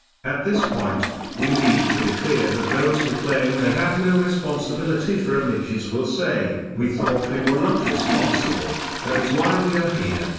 at this point, we need to be clear that those who claim they have no responsibility for images will say, we thought we were not responsible, that is why we are here,